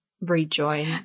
rejoin